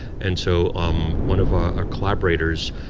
and so um one of our collaborators,